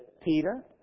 Peter